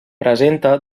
presenta